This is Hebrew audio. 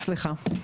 סליחה.